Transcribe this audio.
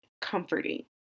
comforting